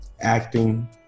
acting